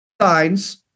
signs